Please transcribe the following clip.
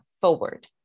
forward